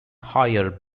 higher